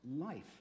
life